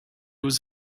was